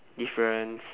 difference